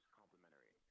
complimentary